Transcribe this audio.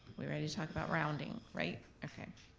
we ready to talk about rounding, right? okay.